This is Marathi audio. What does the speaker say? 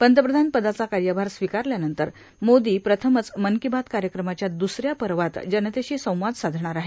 पंतप्रधान पदाचा कार्यभार स्वीकारल्यानंतर मोदी प्रथमच मन की बात कार्यक्रमाच्या दुसऱ्या पर्वात जनतेशी संवाद सायणार आहे